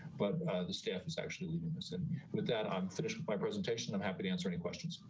but the staff is actually leaving us. and with that, i'm finished with my presentation, i'm happy to answer any questions.